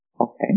Okay